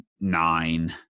nine